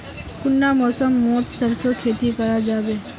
कुंडा मौसम मोत सरसों खेती करा जाबे?